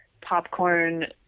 popcorn